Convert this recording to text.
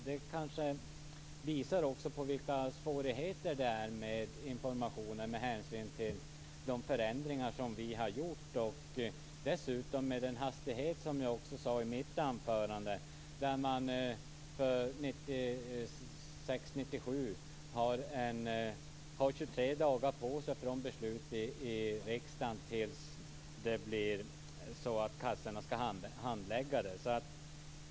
Det kanske också visar vilka svårigheter det finns med information med hänsyn till de förändringar som vi har gjort, dessutom med viss hastighet som jag också sade i mitt anförande, t.ex. då man under året 1996-1997 hade 23 dagar på sig från beslut i riksdagen till dess att kassorna skulle handlägga det som beslutet gällde.